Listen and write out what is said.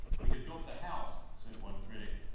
we have built the house, said one critic,